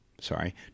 sorry